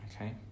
Okay